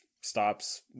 stops